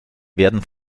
werden